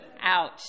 Ouch